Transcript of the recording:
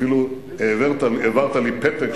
אפילו העברת לי פתק,